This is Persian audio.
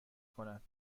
کند